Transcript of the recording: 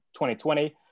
2020